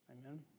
Amen